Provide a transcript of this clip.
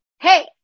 hey